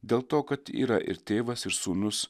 dėl to kad yra ir tėvas ir sūnus